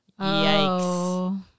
Yikes